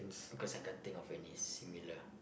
because I can't think of any similar